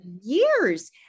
years